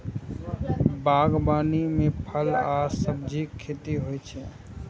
बागवानी मे फल आ सब्जीक खेती होइ छै